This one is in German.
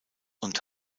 und